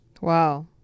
Wow